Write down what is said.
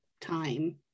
time